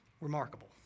remarkable